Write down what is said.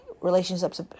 relationships